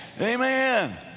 Amen